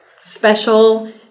special